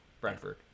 Brentford